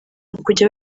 ukujya